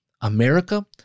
America